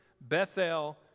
Bethel